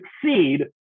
succeed